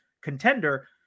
contender